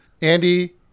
Andy